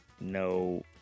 no